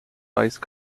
rice